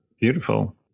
beautiful